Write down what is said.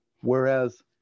Whereas